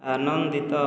ଆନନ୍ଦିତ